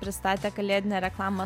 pristatė kalėdinę reklamą